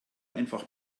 einfach